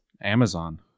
Amazon